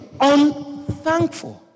unthankful